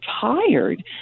tired